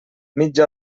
mitja